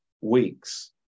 weeks